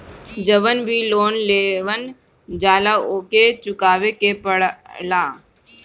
जवन भी लोन लेवल जाला उके चुकावे के पड़ेला